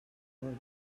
oregon